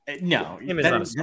No